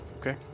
Okay